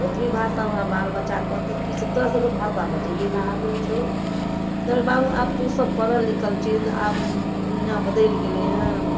ओतबी भाषा हमरा बाल बच्चा कहतै कि से तोरा सभके तऽ भाषा बजैए नहि आबै छौ तऽ कहबै बाबू आब तों सभ पढ़ल लिखल छिही तऽ आब दुनिआ बदलि गेलै हँ